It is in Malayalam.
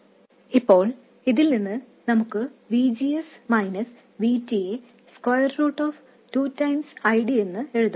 ഇപ്പോൾ ഇതിൽ നിന്ന് നമുക്ക് V G S V T യെ √2 എന്ന് എഴുതാം